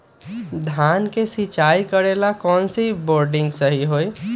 धान के सिचाई करे ला कौन सा बोर्डिंग सही होई?